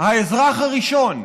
האזרח הראשון.